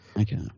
Okay